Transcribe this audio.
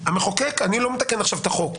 אני לא מתקן עכשיו את החוק.